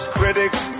critics